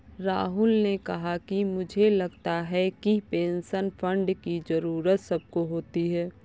राहुल ने कहा कि मुझे लगता है कि पेंशन फण्ड की जरूरत सबको होती है